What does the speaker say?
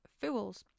fools